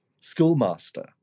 schoolmaster